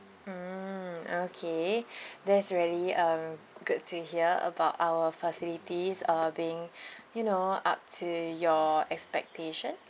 mm okay there's really uh good to hear about our facilities uh being you know up to your expectations